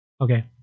Okay